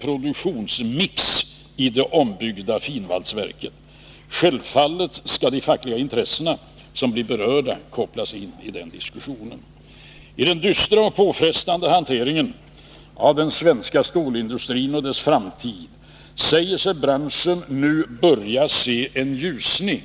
produktmixen i det ombyggda finvalsverket. Självfallet skall de fackliga intressen som blir berörda kopplas in i den överläggningen. I den dystra och påfrestande hanteringen av den svenska stålindustrin och dess framtid säger sig branschen nu börja se en ljusning.